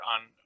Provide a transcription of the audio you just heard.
on